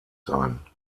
sein